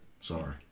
Sorry